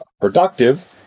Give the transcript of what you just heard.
productive